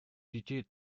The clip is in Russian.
детей